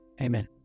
Amen